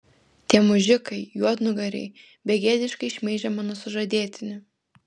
tie mužikai juodnugariai begėdiškai šmeižia mano sužadėtinį